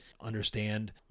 understand